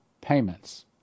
payments